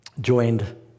joined